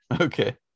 Okay